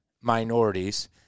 minorities